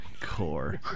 Core